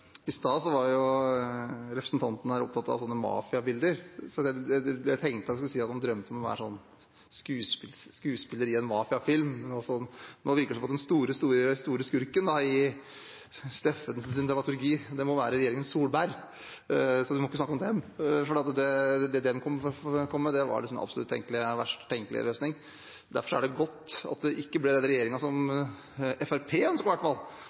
i forhold til det bilistene faktisk betalte i bensin- og dieselavgift i 2021? I stad var jo representanten opptatt av sånne mafiabilder, så jeg tenkte jeg skulle si at han drømte om å være skuespiller i en mafiafilm. Nå virker det som om den store skurken i Steffensens dramaturgi må være regjeringen Solberg, så han må ikke snakke om den, for det den kom med, var den absolutt verst tenkelige løsning. Derfor er det godt at det ikke ble den regjeringen som Fremskrittspartiet ønsket i hvert fall,